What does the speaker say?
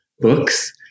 books